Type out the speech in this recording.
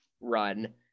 run